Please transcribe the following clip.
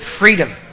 Freedom